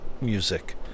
music